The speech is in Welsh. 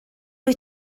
wyt